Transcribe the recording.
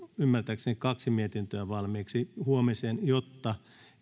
ymmärtääkseni kaksi mietintöä valmiiksi huomiseen jotta